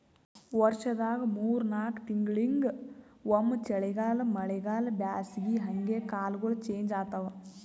ವರ್ಷದಾಗ್ ಮೂರ್ ನಾಕ್ ತಿಂಗಳಿಂಗ್ ಒಮ್ಮ್ ಚಳಿಗಾಲ್ ಮಳಿಗಾಳ್ ಬ್ಯಾಸಗಿ ಹಂಗೆ ಕಾಲ್ಗೊಳ್ ಚೇಂಜ್ ಆತವ್